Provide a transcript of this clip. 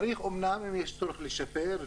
צריך אמנם אם יש צורך לשפר,